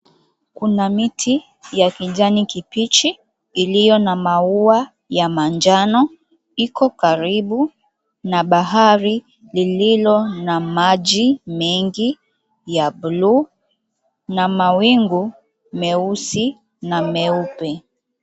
Kuna miti ya kijani kibichi iliyo na maua ya manjano iko karibu na bahari lililo na maji mengi ya buluu na mawingu meusi na meupe.